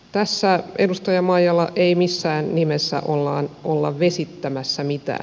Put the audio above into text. tässä edustaja maijala ei missään nimessä olla vesittämässä mitään